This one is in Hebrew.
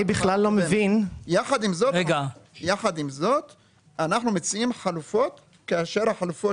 יחד עם זאת אנחנו מציעים חלופות כאשר החלופות